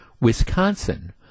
Wisconsin